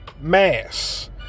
mass